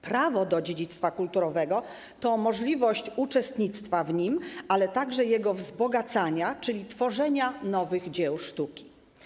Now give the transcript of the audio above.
Prawo do dziedzictwa kulturowego to możliwość uczestnictwa w nim, ale także jego wzbogacania, czyli tworzenia nowych dzieł sztuki.